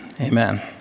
Amen